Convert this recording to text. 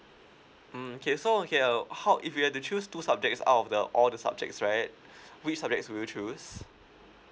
mm okay so okay uh how if you were to choose two subjects out of the all the subjects right which subjects will you choose